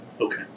Okay